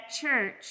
church